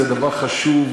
זה דבר חשוב,